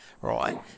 right